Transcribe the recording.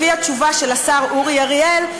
לפי התשובה של השר אורי אריאל,